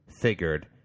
figured